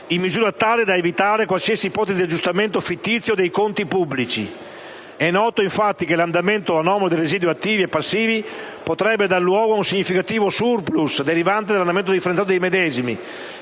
in misura tale da evitare qualsiasi ipotesi di aggiustamento fittizio dei conti pubblici. È noto, infatti, che l'andamento anomalo dei residui attivi e passivi potrebbe dare luogo ad un significativo *surplus* derivante dall'andamento differenziato dei medesimi